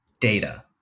data